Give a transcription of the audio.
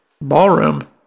ballroom